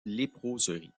léproserie